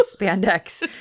spandex